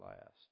last